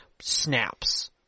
snaps